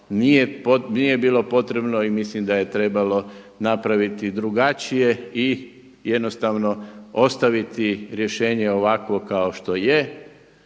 nije bilo potrebno i mislim da je trebalo napraviti drugačije i jednostavno ostaviti rješenje ovakvo kao što je